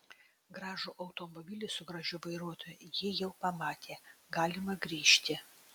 gražų automobilį su gražiu vairuotoju ji jau pamatė galima grįžti